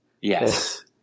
Yes